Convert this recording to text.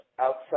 outside